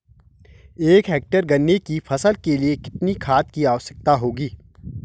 एक हेक्टेयर गन्ने की फसल के लिए कितनी खाद की आवश्यकता होगी?